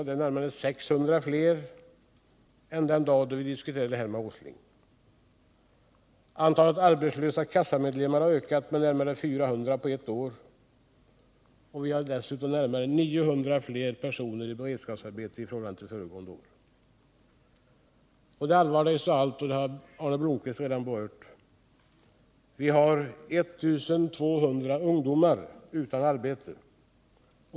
Det är närmare 600 fler än den dag vi diskuterade det här med herr Åsling. Antalet arbetslösa kassamedlemmar har ökat med närmare 400 på ett år. Vi har dessutom närmare 900 fler i beredskapsarbeten i förhållande till föregående år. Men det allvarligaste av allt — och det har Arne Blomkvist redan berört — är att vi har 1 200 ungdomar utan arbete.